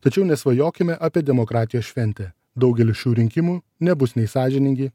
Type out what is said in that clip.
tačiau nesvajokime apie demokratijos šventę daugelis šių rinkimų nebus nei sąžiningi